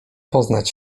poznać